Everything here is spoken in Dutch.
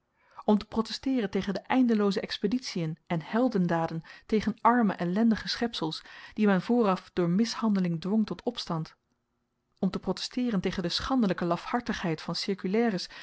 om te protesteeren tegen de eindelooze expeditien en heldendaden tegen arme ellendige schepsels die men vooraf door mishandeling dwong tot opstand om te protesteeren tegen de schandelyke lafhartigheid van cirkulaires